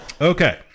Okay